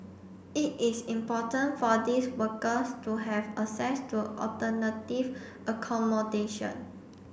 it is important for these workers to have access to alternative accommodation